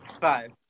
Five